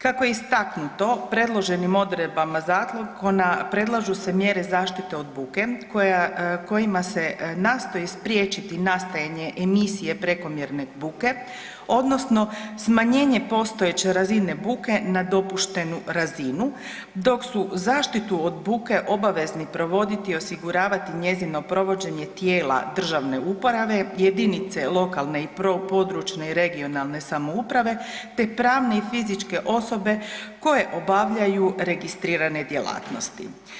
Kako je istaknuto predloženim odredbama zakona predlažu se mjere zaštite od buke kojima se nastoji spriječiti nastajanje emisije prekomjerne buke odnosno smanjenje postojeće razine buke na dopuštenu razinu dok su zaštitu od buke obvezni provoditi i osiguravati njezino provođenje tijela državne uprave, jedinice lokalne i područne i regionalne samouprave te pravne i fizičke osobe koje obavljaju registrirane djelatnosti.